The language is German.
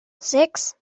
sechs